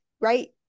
right